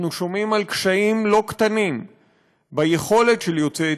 אנחנו שומעים על קשיים לא קטנים ביכולת של יוצאי